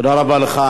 תודה רבה לך.